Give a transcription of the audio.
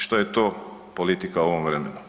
Što je to politika u ovom vremenu?